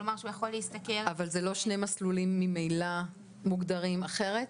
כלומר שהוא יכול להשתכר --- זה לא שני מסלולים שממילא מוגדרים אחרת?